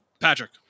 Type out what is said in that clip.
Patrick